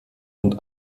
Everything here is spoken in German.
und